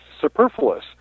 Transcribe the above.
superfluous